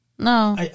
No